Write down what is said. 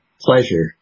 pleasure